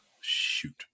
Shoot